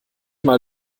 mal